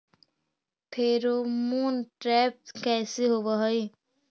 Pheromone trap कैसे होब हई?